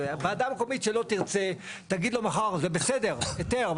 הוועדה המקומית שלא תרצה תגיד לו מחר זה בסדר היתר,